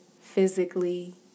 physically